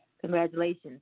Congratulations